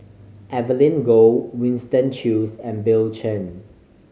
Evelyn Goh Winston Choos and Bill Chen